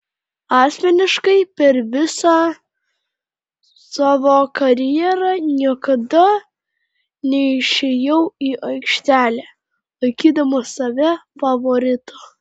asmeniškai per visą savo karjerą niekada neišėjau į aikštelę laikydamas save favoritu